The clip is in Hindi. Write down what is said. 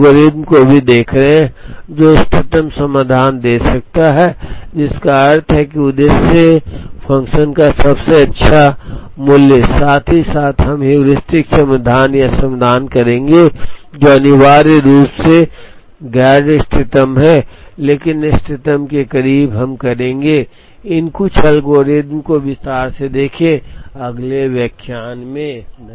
हम एल्गोरिदम को भी देख रहे हैं जो इष्टतम समाधान दे सकता है जिसका अर्थ है उद्देश्य फ़ंक्शन का सबसे अच्छा मूल्य साथ ही हम हेयुरिस्टिक समाधान या समाधान करेंगे जो अनिवार्य रूप से गैर इष्टतम हैं लेकिन इष्टतम के करीब हम करेंगे इन कुछ एल्गोरिदम को विस्तार से देखें अगले व्याख्यान में